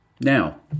Now